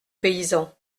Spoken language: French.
paysan